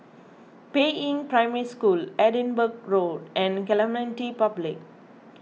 Peiying Primary School Edinburgh Road and Clementi Public